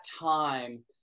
time